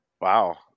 Wow